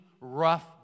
rough